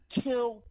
kill